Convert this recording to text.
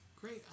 Great